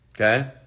Okay